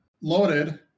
loaded